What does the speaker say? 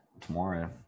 tomorrow